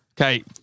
Okay